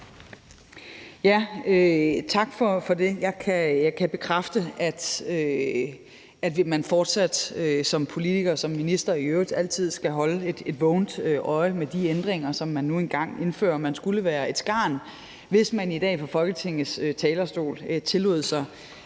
Tak for det. Jeg kan bekræfte, at man fortsat som politiker og i øvrigt også som minister altid skal holde et vågent øje med de ændringer, som man nu engang indfører. Man skulle være et skarn, hvis man i dag fra Folketingets talerstol tillod sig